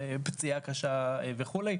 פציעה קשה וכולי,